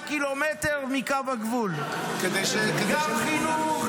ק"מ מקו הגבול ------- גם חינוך,